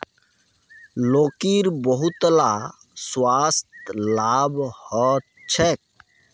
लौकीर बहुतला स्वास्थ्य लाभ ह छेक